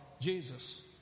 Jesus